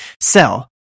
sell